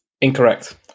Incorrect